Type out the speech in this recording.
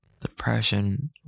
Depression